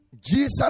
Jesus